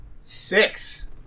Six